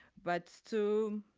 but to.